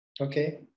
Okay